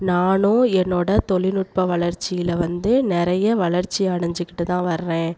நானும் என்னோட தொழில்நுட்ப வளர்ச்சியில் வந்து நிறைய வளர்ச்சி அடைஞ்சிகிட்டு தான் வர்ரேன்